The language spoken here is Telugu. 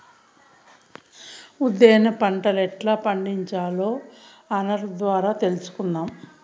ఉద్దేన పంటలెట్టా పండించాలో అన్వర్ ద్వారా తెలుసుకుందాం